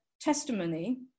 testimony